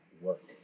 work